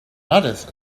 notice